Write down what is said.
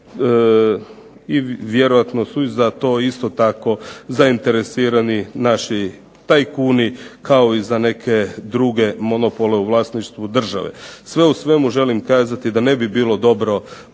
i vjerojatno su i za to isto tako zainteresirani naši tajkuni, kao i za neke monopole u vlasništvu države. Sve u svemu želim kazati da ne bi bilo dobro privatizirati